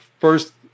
first